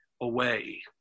away